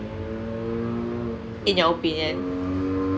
in your opinion